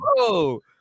Whoa